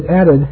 added